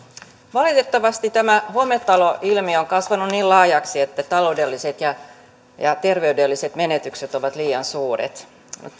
valitettavasti tämä hometaloilmiö on kasvanut niin laajaksi että taloudelliset ja ja terveydelliset menetykset ovat liian suuret